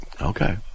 Okay